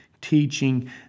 teaching